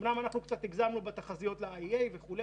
אומנם אנחנו קצת הגזמנו בתחזיות ל-IEA וכו',